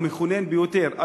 המכונן ביותר,